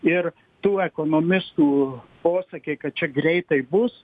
ir tų ekonomistų posakiai kad čia greitai bus